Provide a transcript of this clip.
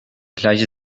gleiche